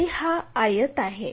जरी हा आयत आहे